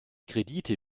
kredite